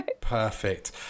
Perfect